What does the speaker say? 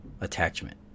attachment